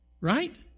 right